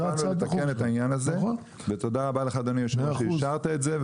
וזה ובא לתקן את העניין הזה ותודה רבה לך אדוני היושב ראש שאישרת את זה,